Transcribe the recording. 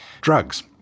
drugs